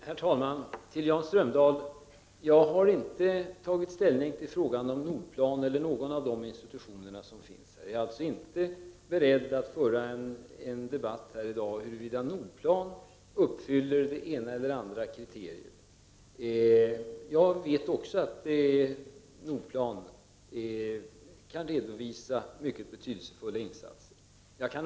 Herr talman! Till Jan Strömdahl: Jag har inte tagit ställning till NORD PLAN eller någon av de institutioner som finns och är alltså inte beredd att här i dag föra en debatt om huruvida NORDPLAN uppfyller det ena eller - Prot. 1989/90:34 andra kriteriet. Jag vet också att NORDPLAN kan redovisa mycket betydel 28 november 1989 sefulla insatser.